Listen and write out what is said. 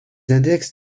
index